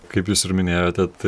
kaip jūs ir minėjote tai